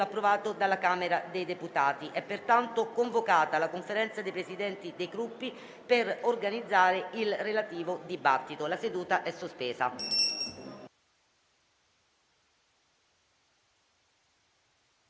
La seduta è sospesa.